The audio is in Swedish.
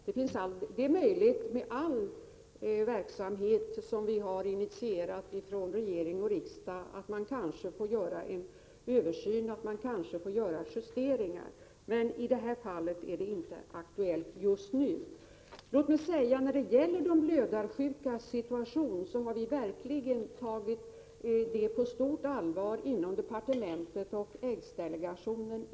Det kan vara möjligt beträffande all verksamhet som regering och riksdag initierar att man får göra översyner och justeringar. Men i detta fall är det inte aktuellt just nu. När det gäller blödarsjukas situation vill jag säga att vi har tagit den på stort allvar inom departementet och AIDS-delegationen.